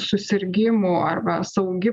susirgimų arba saugi